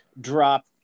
drop